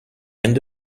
end